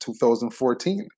2014